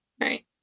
Right